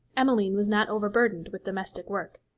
emmeline was not overburdened with domestic work.